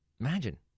Imagine